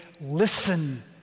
listen